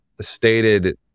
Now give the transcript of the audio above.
stated